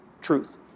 truth